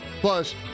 Plus